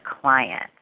client